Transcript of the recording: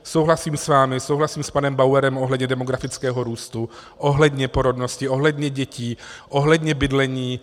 Souhlasím s vámi, souhlasím s panem Bauerem ohledně demografického růstu, ohledně porodnosti, ohledně dětí, ohledně bydlení.